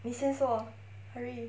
你先说 hurry